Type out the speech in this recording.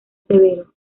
severo